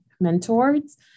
mentors